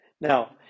Now